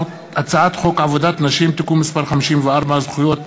הצעת חוק עבודת נשים (תיקון מס' 54) (זכויות הוריות),